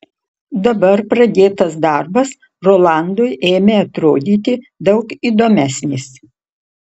dabar pradėtas darbas rolandui ėmė atrodyti daug įdomesnis